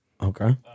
Okay